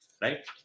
Right